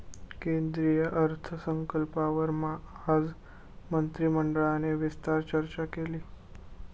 केंद्रीय अर्थसंकल्पावर आज मंत्रिमंडळाने सविस्तर चर्चा केली